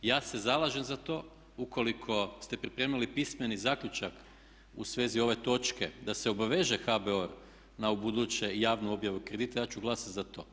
Ja se zalažem za to, ukoliko ste pripremili pismeni zaključak u svezi ove točke da se obaveže HBOR na ubuduće javnu objavu kredita, ja ću glasati za to.